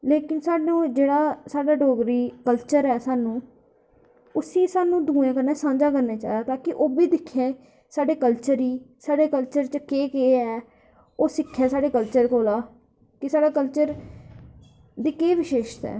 लेकिन सानूं एह् जेह्ड़ा डोगरी कल्चर ऐ सानूं उसी सानूं दूऐ कन्नै सांझा करना चाहिदा ताकि ओह्बी दिक्खे साढ़े कल्चर ई साढ़े कल्चर च केह् केह् ऐ ओह् सिक्खे साढ़े कल्चर कोला की ओह् कल्चर दी केह् विशेशता ऐ